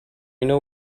know